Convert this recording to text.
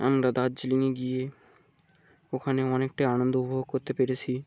আমরা দার্জিলিংয়ে গিয়ে ওখানে অনেকটাই আনন্দ উপভোগ করতে পেরেছি